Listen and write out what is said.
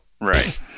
Right